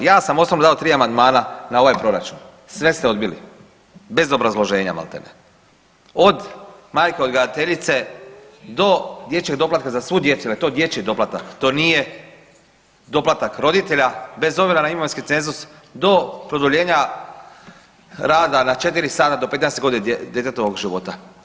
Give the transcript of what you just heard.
Ja sam osobno dao tri amandmana na ovaj proračun, sve ste odbili bez obrazloženja malte ne, od majke odgajateljice do dječjeg doplatka za svu djecu jel je to dječji doplatak, to nije doplatak roditelja bez obzira na imovinski cenzus do produljenja rada na 4 sata do 15.g. djetetovog života.